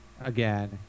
again